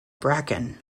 bracken